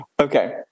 okay